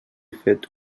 fet